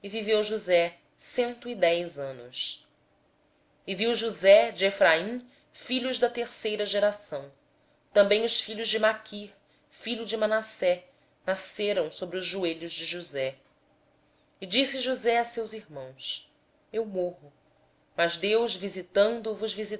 viveu cento e dez anos e viu josé os filhos de efraim da terceira geração também os filhos de maquir filho de manassés nasceram sobre os joelhos de josé depois disse josé a seus irmãos eu morro mas deus certamente vos